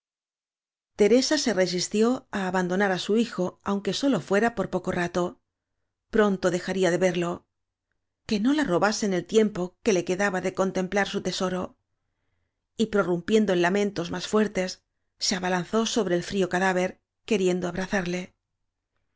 teresa se resistió á abandonar á su hijo aunque sólo fuera por poco rato pronto de jaría de verlo que no la robasen el tiempo que le quedaba de contemplar su tesoro y prorrumpiendo en lamentos más fuertes se abalanzó sobre el frío cadáver queriendo abrazarle